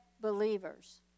believers